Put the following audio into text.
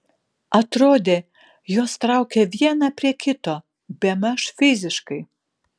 atrodė juos traukia vieną prie kito bemaž fiziškai